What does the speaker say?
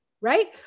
right